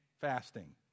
fasting